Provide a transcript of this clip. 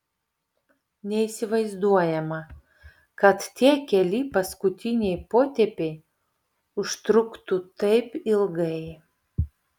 neįsivaizduojama kad tie keli paskutiniai potėpiai užtruktų taip ilgai